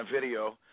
video